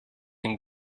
and